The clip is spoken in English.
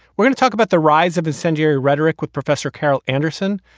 we're gonna talk about the rise of incendiary rhetoric with professor carol anderson.